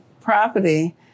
property